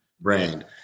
brand